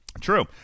True